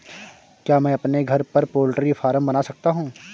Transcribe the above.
क्या मैं अपने घर पर पोल्ट्री फार्म बना सकता हूँ?